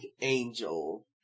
Angel